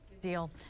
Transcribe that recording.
deal